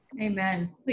Amen